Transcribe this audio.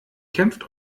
kämpft